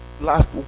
last